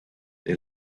they